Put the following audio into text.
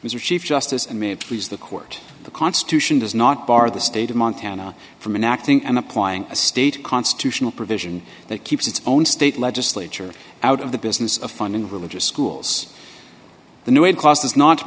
mr chief justice and me please the court the constitution does not bar the state of montana from acting and applying a state constitutional provision that keeps its own state legislature out of the business of funding religious schools the new it cost is not to